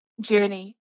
journey